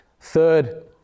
Third